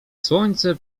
słońce